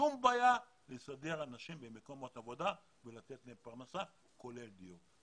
אין שום בעיה לסדר אנשים במקומות עבודה ולתת להם פרנסה כולל דיור.